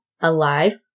alive